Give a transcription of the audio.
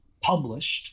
published